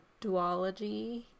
duology